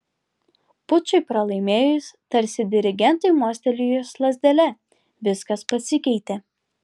pučui pralaimėjus tarsi dirigentui mostelėjus lazdele viskas pasikeitė